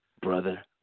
brother